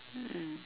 mm